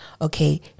okay